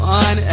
on